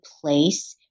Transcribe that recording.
place